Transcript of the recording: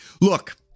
Look